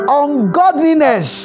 ungodliness